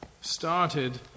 started